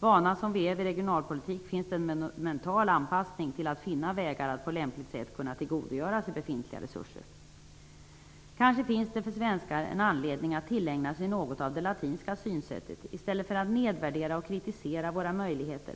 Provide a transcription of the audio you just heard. Vana som vi är vid regionalpolitik finns det en mental anpassning till att finna vägar att på lämpligt sätt kunna tillgodogöra sig befintliga resurser. Det finns kanske för svenskar en anledning att tillägna sig något av det latinska synsättet. I stället för att nedvärdera och kritisera våra möjligheter